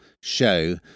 show